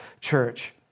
church